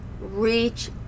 Reach